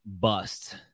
bust